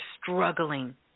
struggling